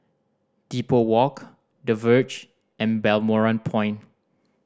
Depot Walk The Verge and Balmoral Point